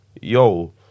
yo